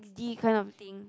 it's D kind of thing